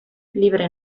libre